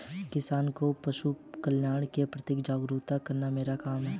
किसानों को पशुकल्याण के प्रति जागरूक करना मेरा काम है